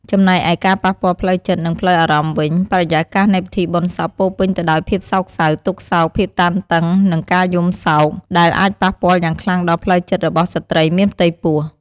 ចំណែកឯការប៉ះពាល់ផ្លូវចិត្ត និងផ្លូវអារម្មណ៍វិញ បរិយាកាសនៃពិធីបុណ្យសពពោរពេញទៅដោយភាពសោកសៅ ទុក្ខសោក ភាពតានតឹង និងការយំសោក ដែលអាចប៉ះពាល់យ៉ាងខ្លាំងដល់ផ្លូវចិត្តរបស់ស្ត្រីមានផ្ទៃពោះ។